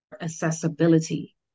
accessibility